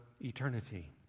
eternity